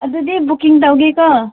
ꯑꯗꯨꯗꯤ ꯕꯨꯛꯀꯤꯡ ꯇꯧꯒꯦꯀꯣ